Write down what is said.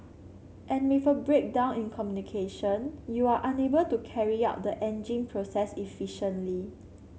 and with a breakdown in communication you are unable to carry out the engine process efficiently